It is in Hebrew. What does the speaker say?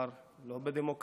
לא בדמוקרטיה,